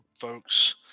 folks